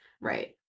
right